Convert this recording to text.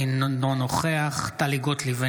אינו נוכח טלי גוטליב,